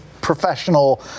professional